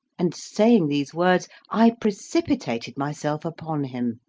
and saying these words i precipitated myself upon him.